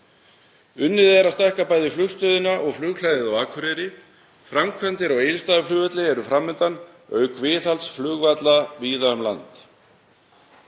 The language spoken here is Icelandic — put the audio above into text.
Unnið er að því að stækka bæði flugstöðina og flughlaðið á Akureyri. Framkvæmdir á Egilsstaðaflugvelli eru fram undan auk viðhalds flugvalla víða um land.